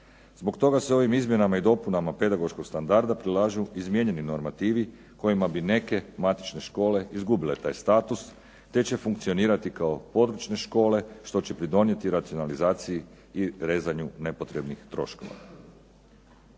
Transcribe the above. Zbog toga se ovim izmjenama i dopunama pedagoškog standarda predlažu izmijenjeni normativi kojima bi neke matične škole izgubile taj status te će funkcionirati kao područne škole što će pridonijeti racionalizaciji i rezanju nepotrebnih troškova.